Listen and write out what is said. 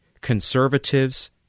conservatives